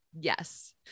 Yes